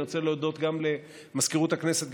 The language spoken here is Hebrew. אני רוצה להודות גם למזכירות הכנסת,